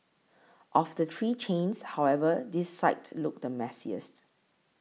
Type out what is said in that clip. of the three chains however this site looked the messiest